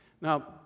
Now